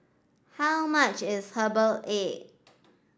how much is herbal egg